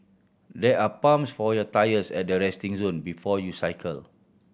there are pumps for your tyres at the resting zone before you cycle